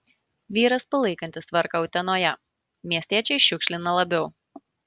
vyras palaikantis tvarką utenoje miestiečiai šiukšlina labiau